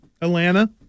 Atlanta